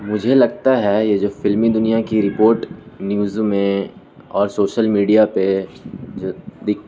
مجھے لگتا ہے یہ جو فلمی دنیا کی رپورٹ نیوزوں میں اور سوشل میڈیا پہ جو دکھ